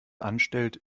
anstellt